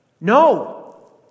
No